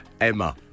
Emma